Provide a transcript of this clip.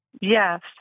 Yes